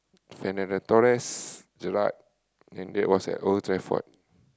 Fernando-Torres Gerrard and that was at Old-Trafford